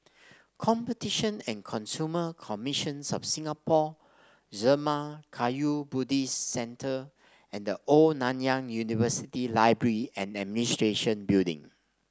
Competition and Consumer Commissions of Singapore Zurmang Kagyud Buddhist Centre and The Old Nanyang University Library and Administration Building